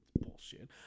Bullshit